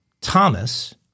Thomas